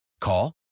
Call